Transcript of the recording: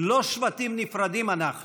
לא שבטים נפרדים אנחנו